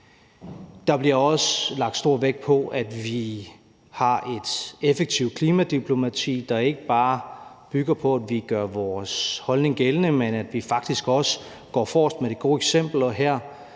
Der bliver også lagt stor vægt på, at vi har et effektivt klimadiplomati, der ikke bare bygger på, at vi gør vores holdning gældende, men at vi faktisk også går forrest med det gode eksempel,